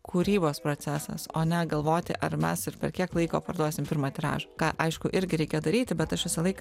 kūrybos procesas o ne galvoti ar mes ir per kiek laiko parduosim pirmą tiražą ką aišku irgi reikia daryti bet aš visą laiką